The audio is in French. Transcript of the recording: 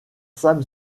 sam